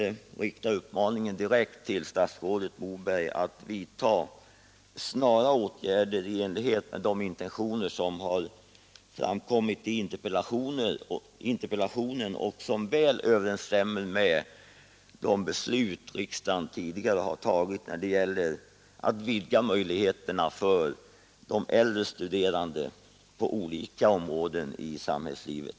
Jag riktar en uppmaning direkt till statsrådet Moberg att vidta snara åtgärder i enlighet med de intentioner som har framkommit i interpellationen och som väl överensstämmer med de beslut riksdagen tidigare har fattat när det gäller att vidga möjligheterna för de äldre studerande på olika områden i samhällslivet.